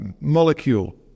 molecule